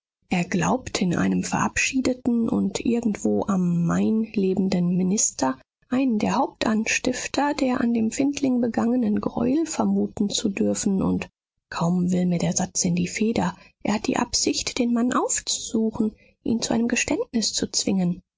er glaubt in einem verabschiedeten und irgendwo am main lebenden minister einen der hauptanstifter der an dem findling begangenen greuel vermuten zu dürfen und kaum will mir der satz in die feder er hat die absicht den mann aufzusuchen ihn zu einem geständnis zu zwingen